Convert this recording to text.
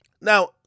Now